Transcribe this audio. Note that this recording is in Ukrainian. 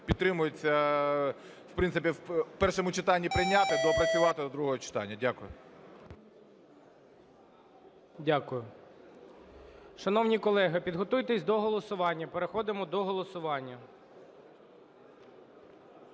підтримується, в принципі, в першому читанні прийняти, доопрацювати до другого читання. Дякую. ГОЛОВУЮЧИЙ. Дякую. Шановні колеги, підготуйтеся до голосування, переходимо до голосування.